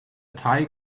tae